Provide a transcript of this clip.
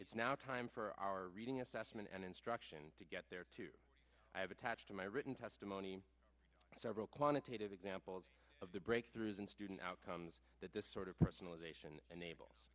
it's now time for our reading assessment and instruction to get there too i have attached to my written testimony several quantitative examples of the breakthroughs and student outcomes that this sort of personalization enable